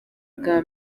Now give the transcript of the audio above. ubwa